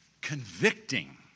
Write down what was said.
convicting